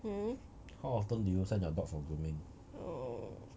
hmm oh